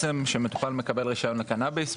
כשמטופל מקבל רישיון לקנביס,